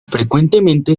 frecuentemente